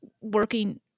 working